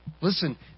Listen